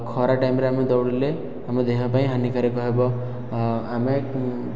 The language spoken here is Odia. ଖରା ଟାଇମରେ ଆମେ ଦୌଡ଼ିଲେ ଆମ ଦେହ ପାଇଁ ହାନିକାରକ ହେବ ଆମେ